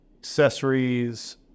accessories